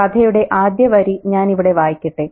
കഥയുടെ ആദ്യ വരി ഞാൻ ഇവിടെ വായിക്കട്ടെ